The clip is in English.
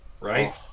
right